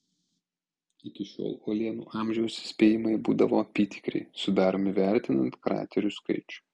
iki šiol uolienų amžiaus spėjimai būdavo apytikriai sudaromi vertinant kraterių skaičių